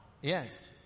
Yes